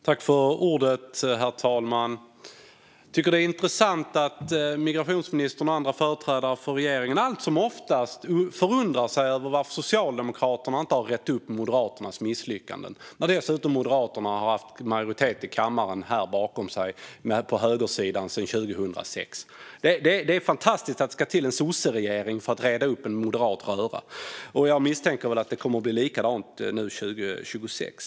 Herr talman! Jag tycker att det är intressant att migrationsministern och andra företrädare för regeringen allt som oftast förundras över varför Socialdemokraterna inte har rett upp Moderaternas misslyckanden, när Moderaterna dessutom haft majoritet här i kammaren på högersidan sedan 2006. Det är fantastiskt att det ska till en sosseregering för att reda upp en moderat röra. Jag misstänker att det blir likadant 2026.